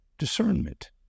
discernment